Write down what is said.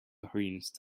coherence